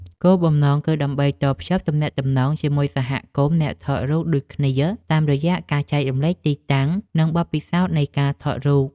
គោលបំណងគឺដើម្បីតភ្ជាប់ទំនាក់ទំនងជាមួយសហគមន៍អ្នកថតរូបដូចគ្នា តាមរយៈការចែករំលែកទីតាំង និងបទពិសោធន៍នៃការថតរូប។